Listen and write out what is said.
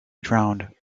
drowned